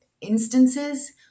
instances